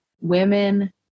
women